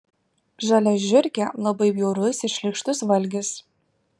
žalia žiurkė labai bjaurus ir šlykštus valgis